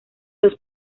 los